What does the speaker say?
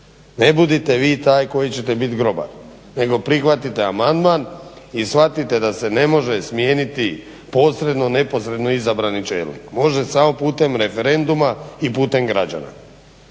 Ne budite vi taj koji ćete biti grobar, nego prihvatite amandman i shvatite da se ne može smijeniti posredno, neposredno izabrani čelnik. Može samo putem referenduma i putem građana.